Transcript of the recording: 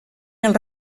els